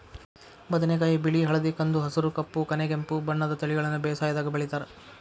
ಬದನೆಕಾಯಿ ಬಿಳಿ ಹಳದಿ ಕಂದು ಹಸುರು ಕಪ್ಪು ಕನೆಗೆಂಪು ಬಣ್ಣದ ತಳಿಗಳನ್ನ ಬೇಸಾಯದಾಗ ಬೆಳಿತಾರ